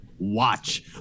watch